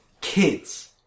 kids